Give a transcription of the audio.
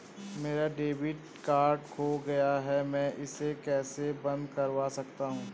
मेरा debit card खो गया है मैं इसे कैसे बंद करवा सकता हूँ?